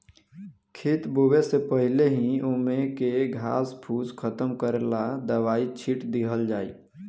खेत बोवे से पहिले ही ओमे के घास फूस खतम करेला दवाई छिट दिहल जाइ